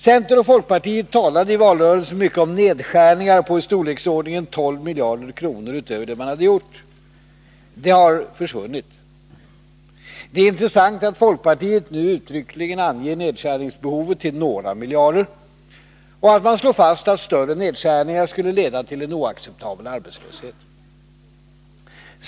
Centern och folkpartiet talade i valrörelsen mycket om nedskärningar på i storleksordningen 12 miljarder kronor utöver det man hade gjort. Det har försvunnit. Det är intressant att folkpartiet nu uttryckligen anger nedskärningsbehovet till ”några miljarder” och att man slår fast att större nedskärningar skulle leda till en oacceptabel arbetslöshet.